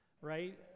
right